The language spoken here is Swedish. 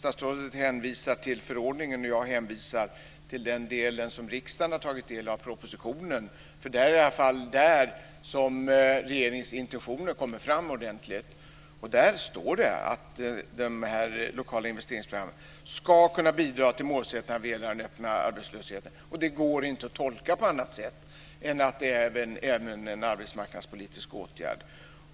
Statsrådet hänvisar till förordningen, och jag hänvisar till det som riksdagen har tagit del av, dvs. propositionen. Där kommer i alla fall regeringens intentioner fram ordentligt. Där står det att de lokala investeringsprogrammen ska kunna bidra till målsättningar vad gäller den öppna arbetslösheten. Det går inte att tolka på annat sätt än att det även är en arbetsmarknadspolitisk åtgärd.